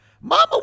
Mama